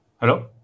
Hello